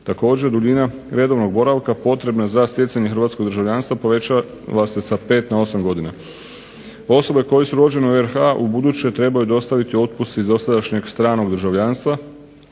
Također, duljina redovnog boravka potrebna za stjecanje hrvatskog državljanstva povećala se sa 5 na 8 godina. Osobe koje su rođene u RH ubuduće trebaju dostaviti otpust iz dosadašnjeg stranog državljanstva,